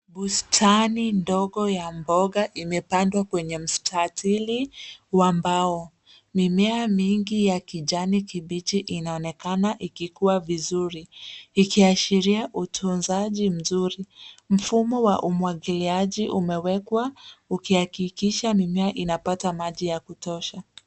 Bustani ndogo ya mboga imepandwa kwenye mstatili wa mbao. Mimea mingi ya kijani kibichi inaonekana ikikua vizuri, ikiashiria utunzaji mzuri. Mfumo wa umwagiliaji umewekwa ukihakikisha mimea inapata maji ya kutosha.